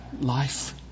life